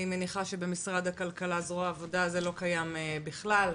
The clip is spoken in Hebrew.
אני מניחה שבמשרד הכלכלה זרוע העבודה זה לא קיים בכלל?